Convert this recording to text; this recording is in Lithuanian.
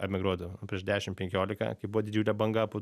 emigruodavo prieš dešim penkiolika kai buvo didžiulė banga po